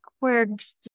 quirks